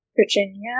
Virginia